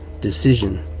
decision